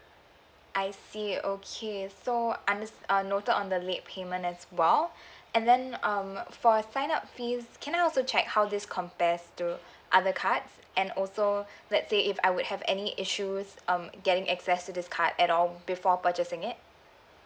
I see okay so unders~ noted on the late payment as well and then um for sign up fees can I also check how this compares to other cards and also let's say if I would have any issues um getting access to this card at all before purchasing it